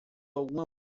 alguma